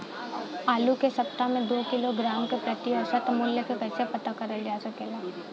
आलू के सप्ताह में दो किलोग्राम क प्रति औसत मूल्य क कैसे पता करल जा सकेला?